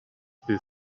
ddydd